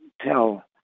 tell